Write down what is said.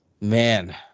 Man